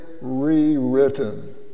Rewritten